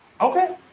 Okay